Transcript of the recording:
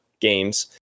games